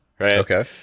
Okay